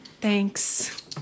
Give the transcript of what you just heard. Thanks